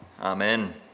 Amen